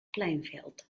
plainfield